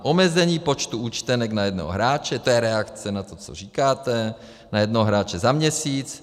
Omezení počtu účtenek na jednoho hráče to je reakce na to, co říkáte na jednoho hráče za měsíc.